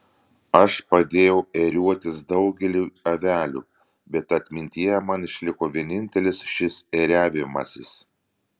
aš padėjau ėriuotis daugeliui avelių bet atmintyje man išliko vienintelis šis ėriavimasis